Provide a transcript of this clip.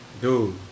Dude